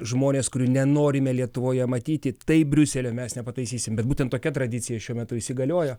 žmones kurių nenorime lietuvoje matyti taip briuselio mes nepataisysim bet būtent tokia tradicija šiuo metu įsigaliojo